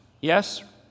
Yes